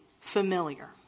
familiar